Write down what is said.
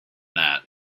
that